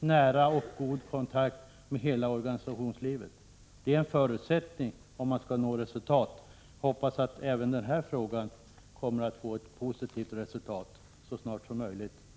nära och god kontakt med hela organisationslivet. Det är en förutsättning om man skall nå resultat, och jag hoppas att det blir ett positivt resultat även i den här frågan så snart som möjligt.